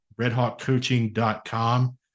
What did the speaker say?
redhawkcoaching.com